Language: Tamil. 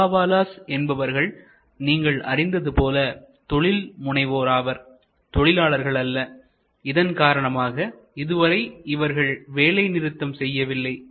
டப்பாவாலாஸ் என்பவர்கள் நீங்கள் அறிந்தது போல் தொழில் முனைவோர் ஆவர் தொழிலாளர்கள் அல்ல இதன் காரணமாக இதுவரை இவர்கள் வேலை நிறுத்தம் செய்யவில்லை